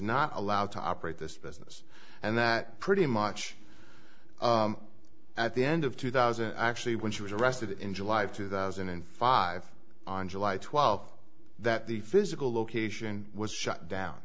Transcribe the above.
not allowed to operate this business and that pretty much at the end of two thousand actually when she was arrested in july of two thousand and five on july twelfth that the physical location was shut down